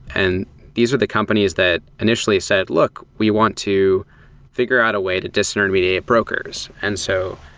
and these are the companies that initially said, look, we want to figure out a way to disintermediate brokers. and so,